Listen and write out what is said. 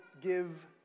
give